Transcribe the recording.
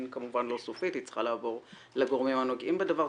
כמובן לא סופית וצריכה לעבור לגרמים הנוגעים בדבר,